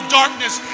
darkness